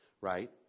Right